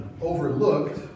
overlooked